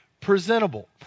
presentable